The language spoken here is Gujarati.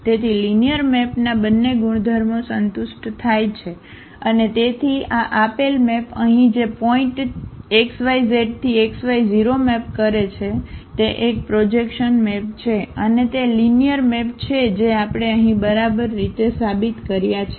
તેથી લિનિયર મેપના બંને ગુણધર્મો સંતુષ્ટ થાય છે અને તેથી આ આપેલ મેપ અહીં જે પોઇન્ટ xyz થી xy0 મેપ કરે છે તે એક પ્રોજેક્શન મેપ છે અને તે લિનિયર મેપ છે જે આપણે અહીં બરાબર રીતે સાબિત કર્યા છે